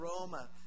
aroma